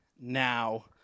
now